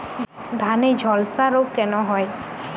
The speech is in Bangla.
ধানে ঝলসা রোগ কেন হয়?